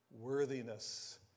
Worthiness